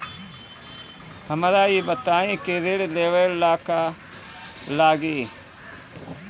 हमरा ई बताई की ऋण लेवे ला का का लागी?